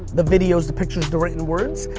the videos, the pictures, the written words,